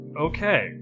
Okay